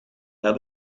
naar